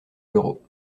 bureau